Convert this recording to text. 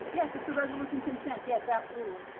yes. it's the resolution consent. yes, absolutely.